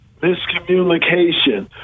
miscommunication